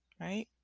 Right